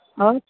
और